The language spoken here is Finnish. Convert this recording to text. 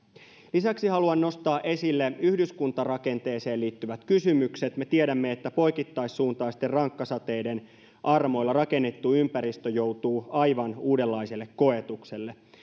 lisäksi haluan nostaa esille yhdyskuntarakenteeseen liittyvät kysymykset me tiedämme että poikittaissuuntaisten rankkasateiden armoilla rakennettu ympäristö joutuu aivan uudenlaiselle koetukselle